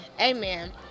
Amen